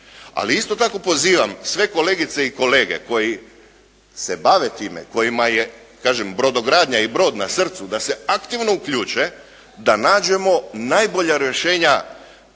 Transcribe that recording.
Ali isto tako pozivam sve kolegice i kolege koji se bave time, kojima je kažem brodogradnja i brod na srcu, da se aktivno uključe da nađemo najbolja rješenja